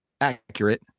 accurate